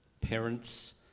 Parents